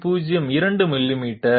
02 millimetre